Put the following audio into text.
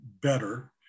better